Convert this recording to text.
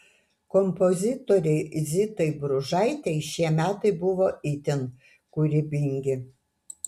kompozitorei zitai bružaitei šie metai buvo itin kūrybingi